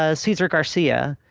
ah cesar garcia,